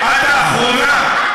את האחרונה,